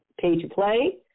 Pay-to-Play